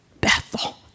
Bethel